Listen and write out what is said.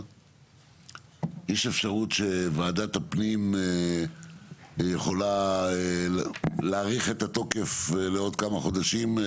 יש אפשרות שוועדת הפנים יכולה להאריך את התוקף לעוד כמה חודשים?